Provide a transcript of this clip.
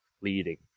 leading